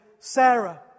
Sarah